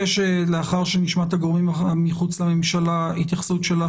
לאחר שנשמע את הגורמים מחוץ לממשלה אנחנו נבקש התייחסות שלך,